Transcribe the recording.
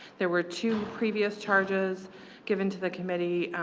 there were two previous charges given to the committee,